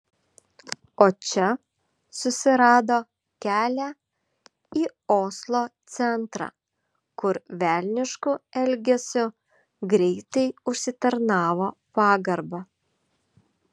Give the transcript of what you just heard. o čia susirado kelią į oslo centrą kur velnišku elgesiu greitai užsitarnavo pagarbą